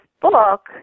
book